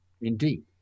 Indeed